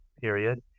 period